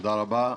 תודה רבה.